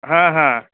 हां हां